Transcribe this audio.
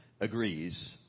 agrees